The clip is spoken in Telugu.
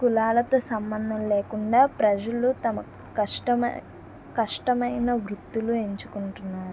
కులాలతో సంబంధం లేకుండా ప్రజలు తమ కష్టం కష్టమైన వృత్తులు ఎంచుకుంటున్నారు